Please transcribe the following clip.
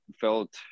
felt